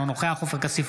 אינו נוכח עופר כסיף,